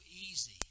easy